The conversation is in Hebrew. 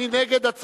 מי נגד?